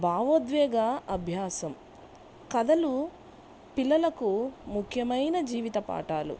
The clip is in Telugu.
భావోద్వేగ అభ్యాసం కథలు పిల్లలకు ముఖ్యమైన జీవిత పాఠాలు